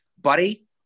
buddy